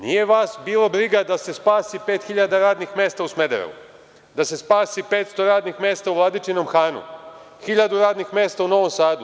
Nije vas bilo briga da se spasi pet hiljada radnih mesta u Smederevu, da se spasi 500 radnih mesta u Vladičinom Hanu, hiljadu radnih mesta u Novom Sadu.